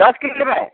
दश किलो लेबै